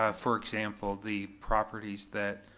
ah for example, the properties that